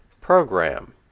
program